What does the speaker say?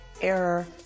error